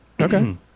Okay